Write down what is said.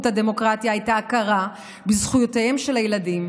הדמוקרטיה את ההכרה בזכויותיהם של הילדים.